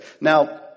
Now